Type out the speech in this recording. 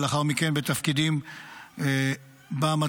ולאחר מכן בתפקידים במטכ"ל.